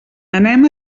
anem